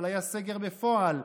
אבל היה סגר בפועל.